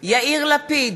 יאיר לפיד,